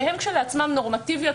שהן כשלעצמן נורמטיביות,